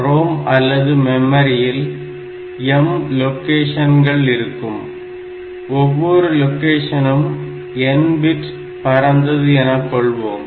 ROM அல்லது மெமரியில் m லொகேஷன்கள் இருக்கும் ஒவ்வொரு லொகேஷனும் n பிட் பரந்தது எனக் கொள்வோம்